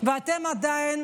ואתם עדיין